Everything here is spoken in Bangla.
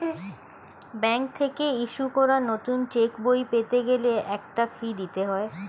ব্যাংক থেকে ইস্যু করা নতুন চেকবই পেতে গেলে একটা ফি দিতে হয়